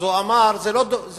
אז הוא אמר: זה לא דומה.